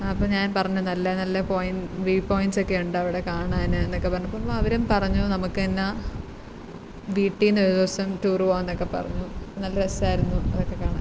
അപ്പം ഞാൻ പറഞ്ഞു നല്ല നല്ല പോയിൻ്റ് വ്യൂ പോയിൻസൊക്കെ ഉണ്ട് അവിടെ കാണാമെന്നൊക്കെ പറഞ്ഞപ്പം അവരും പറഞ്ഞു നമുക്ക് എന്നാൽ വീട്ടിൽ നിന്നൊരു ദിവസം ടൂറ് പോകാമെന്നൊക്കെ പറഞ്ഞു നല്ല രസാരുന്നു അതൊക്കെ കാണാൻ